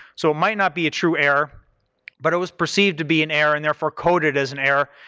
so it might not be a true error but it was perceived to be an error and, therefore, coded as an error.